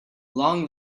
long